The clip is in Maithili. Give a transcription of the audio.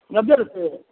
नब्बे रुपैए